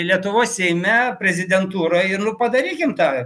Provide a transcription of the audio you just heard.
lietuvos seime prezidentūroj ir nu padarykim tą